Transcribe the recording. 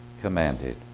commanded